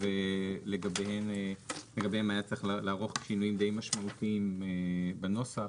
ולגביהם היה צריך לערוך שינויים די משמעותיים בנוסח.